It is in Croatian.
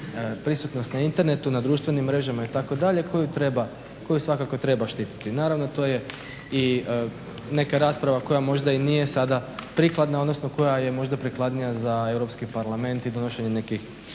prisutnost na internetu, na društvenim mrežama itd. koju treba, koju svakako treba štititi. Naravno to je i neka rasprava koja možda i nije sada prikladna, odnosno koja je možda prikladnija za Europski parlament i donošenje nekih